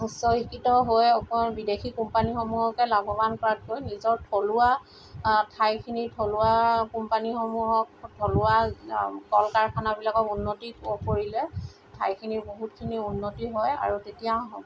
উচ্চশিক্ষিত হৈ বিদেশী কোম্পানীসমূহকে লাভৱান কৰাতকৈ নিজৰ থলুৱা ঠাইখিনিৰ থলুৱা কোম্পানীসমূহক থলুৱা কল কাৰখানাবিলাকক উন্নতি কৰিলে ঠাইখিনিৰ বহুতখিনি উন্নতি হয় আৰু তেতিয়া